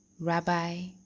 rabbi